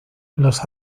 los